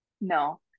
no